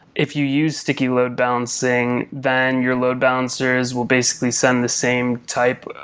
if you use sticky load-balancing, then your load balancers will basically send the same type,